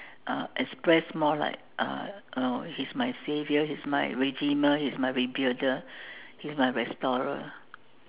uh express more like uh you know he's my saviour he's my redeemer he's my rebuilder he's my restorer